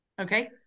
Okay